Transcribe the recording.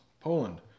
Poland